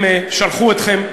הם שלחו אתכם,